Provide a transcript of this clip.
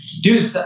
dude